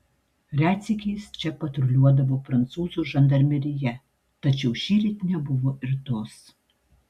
retsykiais čia patruliuodavo prancūzų žandarmerija tačiau šįryt nebuvo ir tos